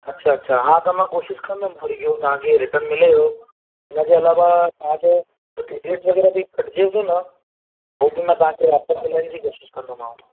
अच्छा अच्छा हा त मां कोशिश कंदमि पूरी के हू तव्हां खे इहो रिटन मिले उहो हुनजे अलावा तव्हां खे टी डी एस वग़ैरह बि कटिजे थो न बाक़ी मां तव्हां खे वापसि करण जी कोशिश कंदोमांव